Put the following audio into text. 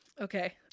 Okay